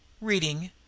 Reading